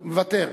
מוותר.